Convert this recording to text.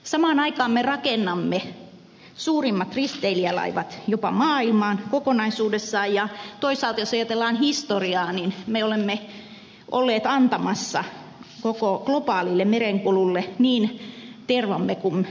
samaan aikaan me rakennamme jopa suurimmat risteilijälaivat maailmaan kokonaisuudessaan ja toisaalta jos ajatellaan historiaa me olemme olleet antamassa koko globaalille merenkululle niin tervamme kuin mineraalimme